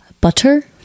butter